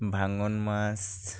ভাঙ্গন মাছ